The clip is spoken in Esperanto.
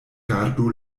gardu